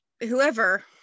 whoever